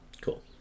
Cool